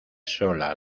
sola